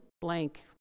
blank